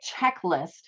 checklist